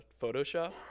Photoshop